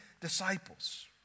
disciples